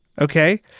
okay